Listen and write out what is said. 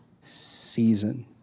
Season